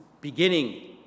beginning